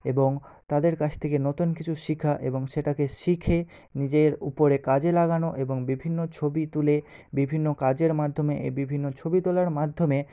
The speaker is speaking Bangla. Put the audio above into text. এবং তাদের কাছ থেকে নতুন কিছু শেখা এবং সেটাকে শিখে নিজের উপরে কাজে লাগানো এবং বিভিন্ন ছবি তুলে বিভিন্ন কাজের মাধ্যমে এ বিভিন্ন ছবি তোলার মাধ্যমে